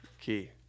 key